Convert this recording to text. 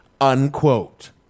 unquote